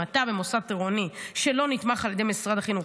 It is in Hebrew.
אם אתה במוסד תורני שלא נתמך על ידי משרד החינוך,